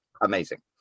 amazing